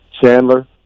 Chandler